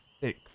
thick